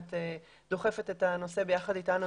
שאת דוחפת את הנושא ביחד איתנו,